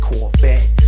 Corvette